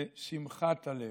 לשמחת הלב,